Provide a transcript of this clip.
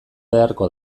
beharko